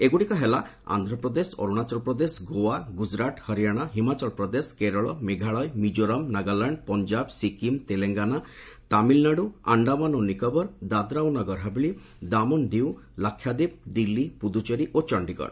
ଏଗ୍ରଡ଼ିକ ହେଲା ଆନ୍ଧ୍ରପ୍ରଦେଶ ଅରୁଣାଚଳ ପ୍ରଦେଶ ଗୋଆ ଗୁଜରାଟ୍ ହରିୟାଣ ହିମାଚଳ ପ୍ରଦେଶ କେରଳ ମେଘାଳୟ ମିଜୋରାମ ନାଗାଲ୍ୟାଣ୍ଡ ପଞ୍ଜାବ ସିକ୍ରିମ୍ ତେଲଙ୍ଗାନା ତାମିଲ୍ନାଡୁ ଆଣ୍ଡାମାନ ଓ ନିକୋବର ଦାଦ୍ରା ଓ ନଗର ହାବେଳୀ ଦାମନ୍ ଓ ଡିଉ ଲାକ୍ଷାଦ୍ୱୀପ ଦିଲ୍ଲୀ ପୁଦୁଚେରି ଓ ଚଣ୍ଡୀଗଡ଼